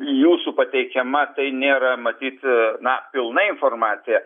jūsų pateikiama tai nėra matyt na pilna informacija